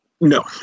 No